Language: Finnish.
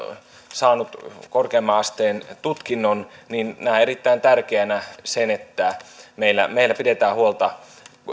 saanut korkeamman asteen tutkinnon niin näen erittäin tärkeänä sen että meillä meillä pidetään huolta